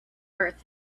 earth